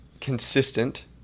consistent